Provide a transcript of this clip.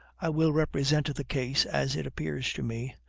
i will represent the case, as it appears to me,